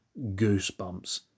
goosebumps